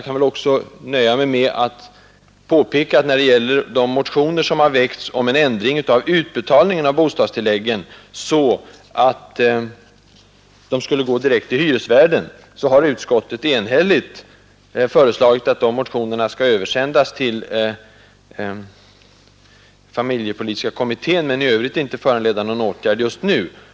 När de gäller de motioner som har väckts om en ändring av utbetalningen av bostadstilläggen, så att de skulle gå direkt till hyresvärden, har utskottet enhälligt föreslagit att dessa motioner skall översändas till familjepolitiska kommittén men i övrigt inte föranleda någon åtgärd just nu.